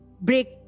break